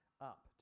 up